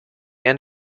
end